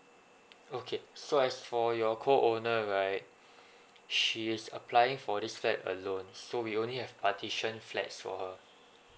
okay so as for your co owner right she is applying for this flat alone so we only have partition flats for her